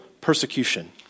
persecution